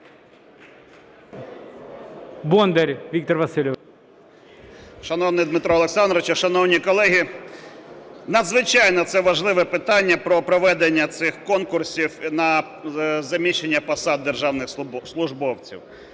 Шановний Дмитре Олександровичу, шановні колеги! Надзвичайно це важливе питання про проведення цих конкурсів на заміщення посад державних службовців.